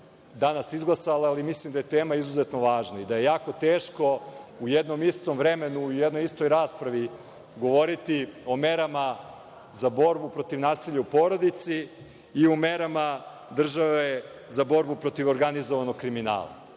danas izglasala, ali mislim da je tema izuzetno važna i da je jako teško u jednom istom vremenu, u jednoj istoj raspravi govoriti o merama za borbu protiv nasilja u porodici i o merama države za borbu protiv organizovanog kriminala.